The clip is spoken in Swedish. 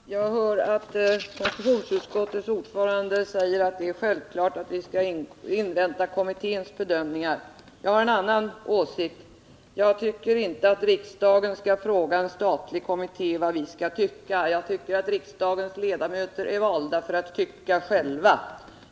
Herr talman! Jag hör att konstitutionsutskottets ordförande säger att det är självklart att vi skall invänta kommitténs bedömningar. Jag har en annan åsikt. Jag tycker inte att riksdagen skall fråga en statlig kommitté vad riksdagen skall tycka. Jag anser att riksdagens ledamöter är valda för att tycka själva,